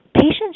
Patients